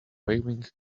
waving